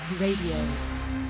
Radio